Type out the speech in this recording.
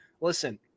listen